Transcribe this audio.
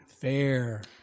fair